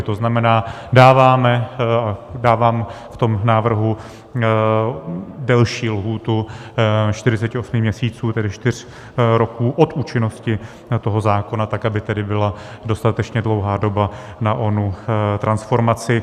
To znamená, dávám v tom návrhu delší lhůtu 48 měsíců, tedy čtyř roků, od účinnosti toho zákona tak, aby tedy byla dostatečně dlouhá doba na onu transformaci.